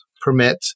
permit